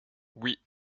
oui